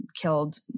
killed